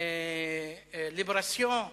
ה"ליברסיון",